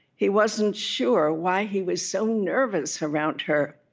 he wasn't sure why he was so nervous around her